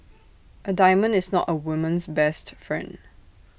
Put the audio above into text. A diamond is not A woman's best friend